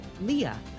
Leah